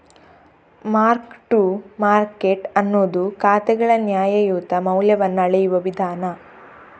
mark to market ಅನ್ನುದು ಖಾತೆಗಳ ನ್ಯಾಯಯುತ ಮೌಲ್ಯವನ್ನ ಅಳೆಯುವ ವಿಧಾನ